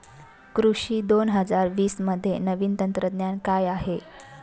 कृषी दोन हजार वीसमध्ये नवीन तंत्रज्ञान काय आहे?